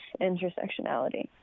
intersectionality